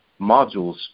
modules